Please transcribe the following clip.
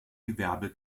gewerbe